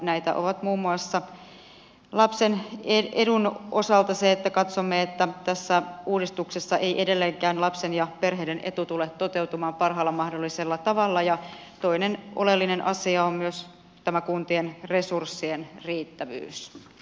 näitä ovat muun muassa lapsen edun osalta se että katsomme että tässä uudistuksessa ei edelleenkään lapsen ja perheiden etu tule toteutumaan parhaalla mahdollisella tavalla ja toinen oleellinen asia on myös tämä kuntien resurssien riittävyys